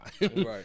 Right